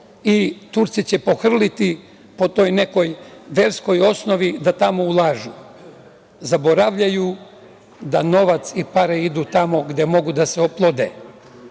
i Turci će pohrliti po toj nekoj verskoj osnovi da tamo ulažu. Zaboravljaju da novac i pare idu tamo gde mogu da se oplode